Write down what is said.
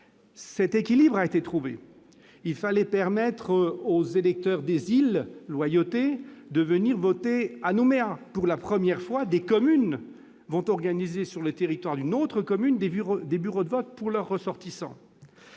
L'équilibre a été trouvé. Il fallait permettre aux électeurs des îles Loyauté de venir voter à Nouméa. Pour la première fois, des communes vont organiser sur le territoire d'une autre commune des bureaux de vote pour leurs ressortissants